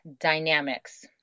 dynamics